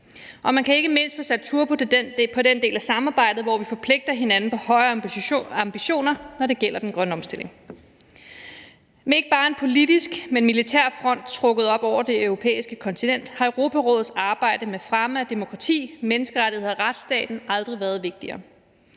og man kan ikke mindst få sat turbo på den del af samarbejdet, hvor vi forpligter hinanden på højere ambitioner, når det gælder den grønne omstilling. Med ikke bare en politisk, men militær front trukket op over det europæiske kontinent har Europarådets arbejde med fremme af demokrati, menneskerettigheder og retsstaten aldrig været vigtigere.